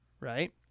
Right